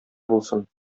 булсын